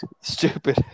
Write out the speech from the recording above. stupid